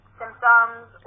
symptoms